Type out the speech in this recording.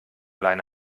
leine